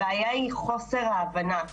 הבעיה היא בחוסר ההבנה.